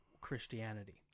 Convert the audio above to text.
Christianity